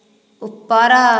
ଉପର